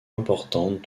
importante